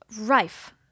rife